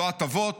לא הטבות